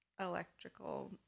Electrical